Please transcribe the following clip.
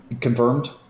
confirmed